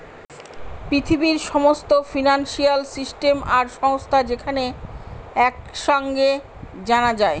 পৃথিবীর সমস্ত financial system আর সংস্থা যেখানে এক সাঙে জানা যায়